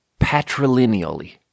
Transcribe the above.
patrilineally